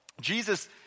Jesus